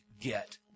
get